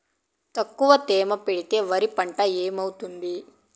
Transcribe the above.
తక్కువ తేమ పెడితే వరి పంట ఏమవుతుంది